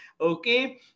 Okay